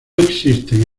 existen